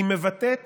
היא מבטאת